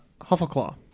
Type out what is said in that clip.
Huffleclaw